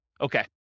Okay